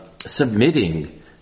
submitting